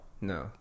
No